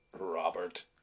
Robert